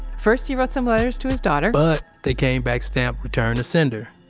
first, he wrote some letters to his daughter but they came back stamped return to sender.